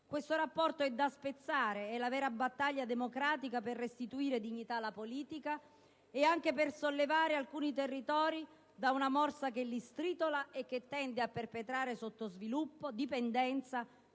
Questo rapporto è da spezzare. È questa la vera battaglia democratica per restituire dignità alla politica e anche per liberare alcuni territori da una morsa che li stritola e che tende a perpetrare sottosviluppo, dipendenza e